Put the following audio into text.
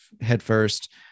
headfirst